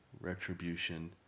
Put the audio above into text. retribution